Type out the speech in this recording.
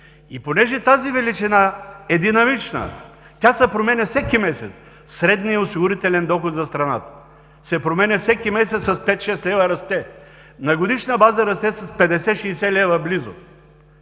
И понеже тази величина е динамична, тя се променя всеки месец, средният осигурителен доход за страната се променя всеки месец, расте с 5 – 6 лв., на годишна база расте с близо